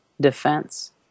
defense